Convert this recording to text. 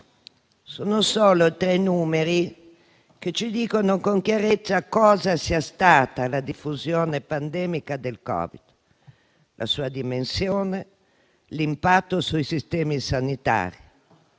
sono solo tre numeri che ci dicono con chiarezza cosa sia stata la diffusione pandemica del Covid, la sua dimensione e l'impatto sui sistemi sanitari.